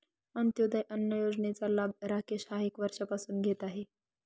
अंत्योदय अन्न योजनेचा लाभ राकेश हा एक वर्षापासून घेत आहे